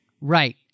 Right